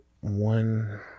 one